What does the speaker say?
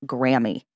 Grammy